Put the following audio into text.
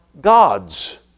God's